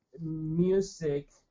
music